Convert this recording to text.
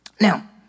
Now